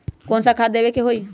कोन सा खाद देवे के हई?